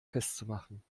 festzumachen